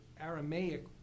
Aramaic